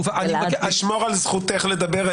גלעד --- אני אשמור על זכותך לדבר.